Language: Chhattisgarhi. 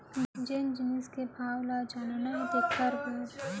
जेन जिनिस के भाव ल जानना हे तेकर बर ओ जिनिस के दुकान म जाय ल परही